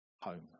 Home